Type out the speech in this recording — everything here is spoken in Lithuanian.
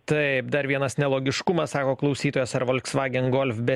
taip dar vienas nelogiškumas sako klausytojas ar volksvagen golf be